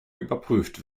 überprüft